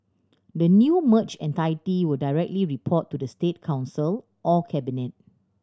the new merged entity will directly report to the State Council or cabinet